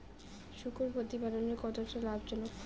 শূকর প্রতিপালনের কতটা লাভজনক?